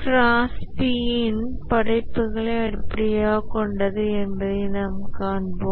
கிராஸ்பியின் படைப்புகளை அடிப்படையாகக் கொண்டது என்பதைக் காண்போம்